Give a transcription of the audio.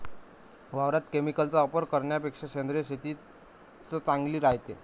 वावरात केमिकलचा वापर करन्यापेक्षा सेंद्रिय शेतीच चांगली रायते